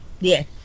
Yes